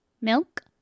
Milk